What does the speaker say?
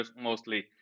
mostly